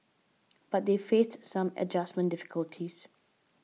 but they faced some adjustment difficulties